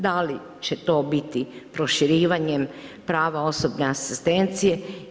Da li će to biti proširivanjem prava osobne asistencije.